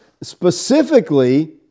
Specifically